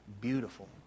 beautiful